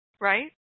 right